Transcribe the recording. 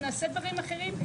אנחנו נעשה דברים אחרים,